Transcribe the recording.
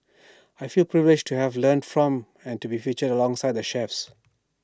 I feel privileged to have learnt from and to be featured alongside the chefs